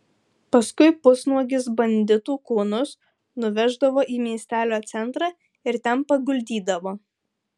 paskui pusnuogius banditų kūnus nuveždavo į miestelio centrą ir ten paguldydavo